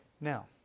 now